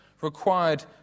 required